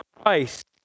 Christ